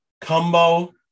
combo